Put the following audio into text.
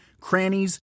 crannies